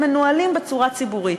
הם מנוהלים בצורה ציבורית.